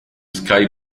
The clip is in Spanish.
sky